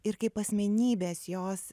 ir kaip asmenybės jos